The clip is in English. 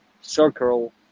circle